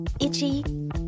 Itchy